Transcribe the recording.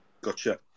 Gotcha